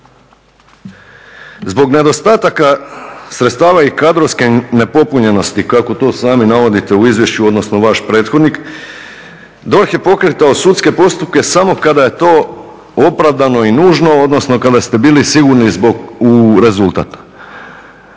Zbog nedostataka sredstava i kadrovske nepopunjenosti, kako to sami navodite u izvješću odnosno vaš prethodnik, DORH je pokretao sudske postupke samo kada je to opravdano i nužno, odnosno kada ste bili sigurni u rezultat.